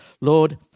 Lord